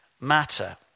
matter